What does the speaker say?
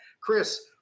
chris